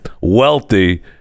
wealthy